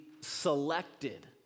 selected